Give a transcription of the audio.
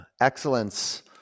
excellence